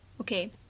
okay